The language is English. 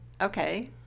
Okay